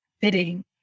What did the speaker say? fitting